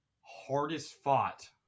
hardest-fought